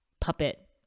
puppet